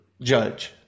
Judge